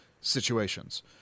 situations